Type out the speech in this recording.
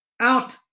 Out